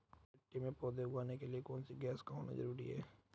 मिट्टी में पौधे उगाने के लिए कौन सी गैस का होना जरूरी है?